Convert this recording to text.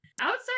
Outside